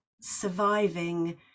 surviving